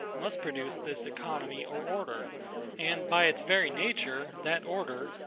must produce this economy or order and by its very nature, that order,